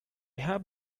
have